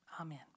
Amen